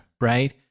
right